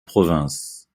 province